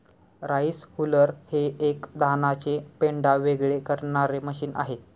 rice huller हे एक धानाचे पेंढा वेगळे करणारे मशीन आहे